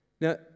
Now